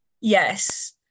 Yes